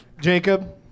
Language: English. Jacob